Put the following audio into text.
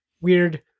weird